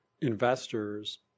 investors